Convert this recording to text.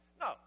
No